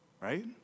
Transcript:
Right